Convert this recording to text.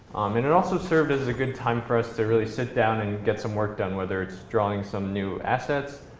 and it also served as a good time for us to really sit down and get some work done, whether it's drawing some new assets,